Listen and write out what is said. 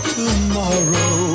tomorrow